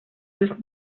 ist